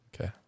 Okay